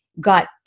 got